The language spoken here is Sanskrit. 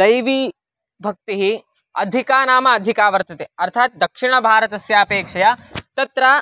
दैवीभक्तिः अधिका नाम अधिका वर्तते अर्थात् दक्षिणभारतस्यापेक्षया तत्र